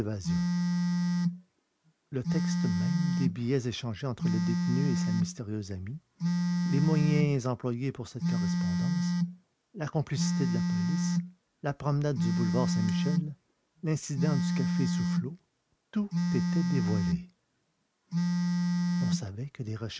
le texte même des billets échangés entre le détenu et sa mystérieuse amie les moyens employés pour cette correspondance la complicité de la police la promenade du boulevard saint-michel l'incident du café soufflot tout était dévoilé on savait que les